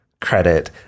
credit